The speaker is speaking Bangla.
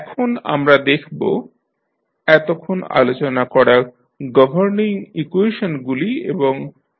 এখন আমরা দেখব এতক্ষণ আলোচনা করা গভর্নিং ইকুয়েশনগুলি এবং সূত্রগুলি কী কী